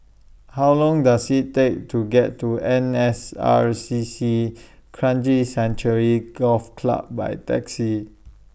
How Long Does IT Take to get to N S R C C Kranji Sanctuary Golf Club By Taxi